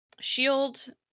shield